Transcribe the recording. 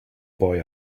boy